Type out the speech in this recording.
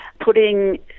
putting